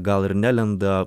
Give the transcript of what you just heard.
gal ir nelenda